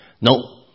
no